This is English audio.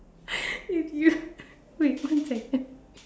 if you wait one second